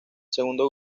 segundo